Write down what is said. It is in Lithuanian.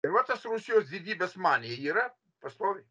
ir va tas rusijos didybės manija yra pastoviai